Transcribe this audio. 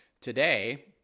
today